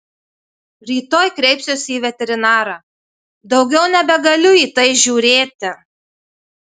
rytoj kreipsiuosi į veterinarą daugiau nebegaliu į tai žiūrėti